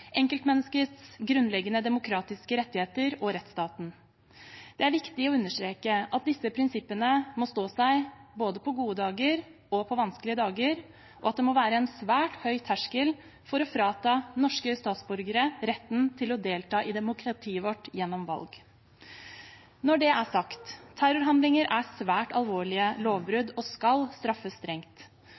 enkeltmenneskets grunnleggende demokratiske rettigheter og rettsstaten. Det er viktig å understreke at disse prinsippene må stå seg både på gode dager og på vanskelige dager, og at det må være en svært høy terskel for å frata norske statsborgere retten til å delta i demokratiet vårt gjennom valg. Når det er sagt: Terrorhandlinger er svært alvorlige lovbrudd og skal straffes strengt.